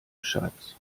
schatz